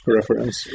reference